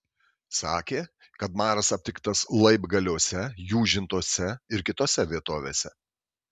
sakė kad maras aptiktas laibgaliuose jūžintuose ir kitose vietovėse